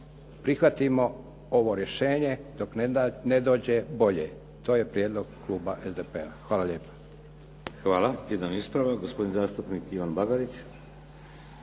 Prihvatimo ovo rješenje dok ne dođe bolje. To je prijedlog kluba SDP-a. Hvala lijepo. **Šeks, Vladimir (HDZ)** Hvala. Jedan ispravak gospodin zastupnik Ivan Bagarić.